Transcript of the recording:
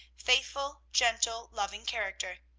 faithful, gentle, loving character.